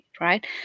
Right